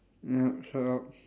ya shut up